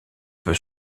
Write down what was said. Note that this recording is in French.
peut